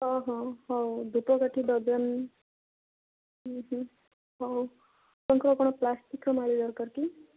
ହଁ ହଁ ହଉ ଧୂପକାଠି ଡର୍ଜନ ଉଁ ହୁଁ ହଉ ଆପଣଙ୍କର କ'ଣ ପ୍ଲାଷ୍ଟିକର ମାଳି ଦରକାର କି